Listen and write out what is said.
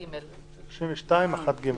32(1)(ג).